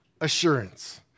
assurance